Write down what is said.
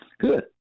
Good